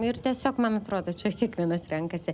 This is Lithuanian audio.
ir tiesiog man atrodo čia kiekvienas renkasi